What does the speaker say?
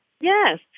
Yes